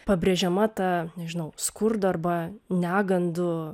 pabrėžiama ta nežinau skurdo arba negandų